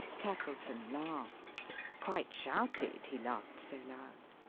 tackleton laughed quite shouted, he laughed so loud.